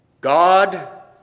god